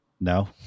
No